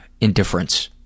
indifference